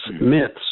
myths